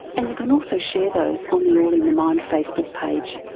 and you can also share those on the all in the mind facebook page.